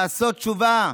לעשות תשובה.